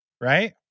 right